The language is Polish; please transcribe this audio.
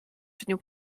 dniu